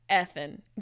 Ethan